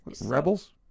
Rebels